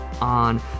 on